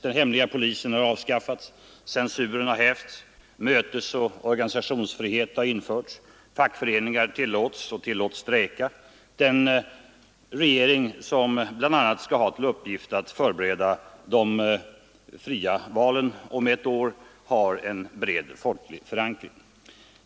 Den hemliga polisen har avskaffats, censuren har hävts, mötesoch organisationsfrihet har införts, fackföreningar tillåts och tillåts att strejka. Den regering som bl.a. skall ha till uppgift att förbereda de fria valen om ett år har en bred förankring.